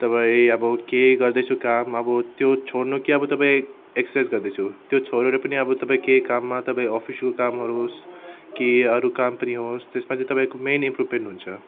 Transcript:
तपाईँ अब केही गर्दैछु काम अब त्यो छोड्नु कि अब तपाईँ एक्ससाइज गर्दैछु त्यो छोडेर पनि अब तपाईँ केही काममा तपाईँ अफिसियल कामहरू होस् कि अरू काम पनि होस् त्यसमा चाहिँ तपाईँको मेन इम्प्रुभमेन्ट हुन्छ